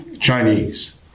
Chinese